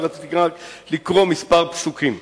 ורציתי לקרוא כמה פסוקים.